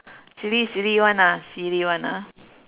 silly silly one ah silly one ah